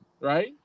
Right